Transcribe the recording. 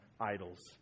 idols